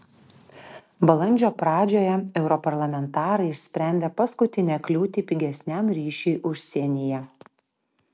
balandžio pradžioje europarlamentarai išsprendė paskutinę kliūtį pigesniam ryšiui užsienyje